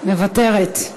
מוותרת.